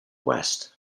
west